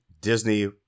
Disney